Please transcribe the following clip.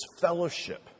fellowship